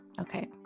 Okay